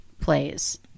plays